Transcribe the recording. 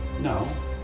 No